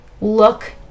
look